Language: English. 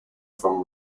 from